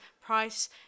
price